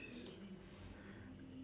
<S<